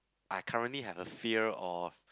I currently have a fear of